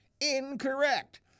incorrect